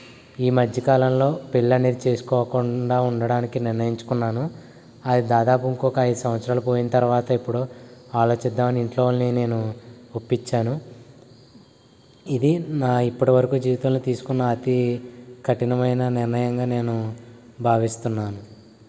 ఈ మధ్యకాలంలో పెళ్ళి అనేది చేసుకోకుండా ఉండడానికి నిర్ణయించుకున్నాను అది దాదాపు ఇంకొక ఐదు సంవత్సరాలు పోయిన తర్వాత ఎప్పుడో ఆలోచిద్దాం అని ఇంట్లో వాళ్ళని నేను ఒప్పించాను ఇది నా ఇప్పటివరకు జీవితంలో తీసుకున్న అతి కఠినమైన నిర్ణయంగా నేను భావిస్తున్నాను